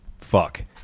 Fuck